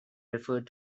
referred